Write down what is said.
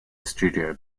studio